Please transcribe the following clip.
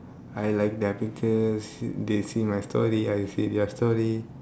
I like their pictures they see my story I see their story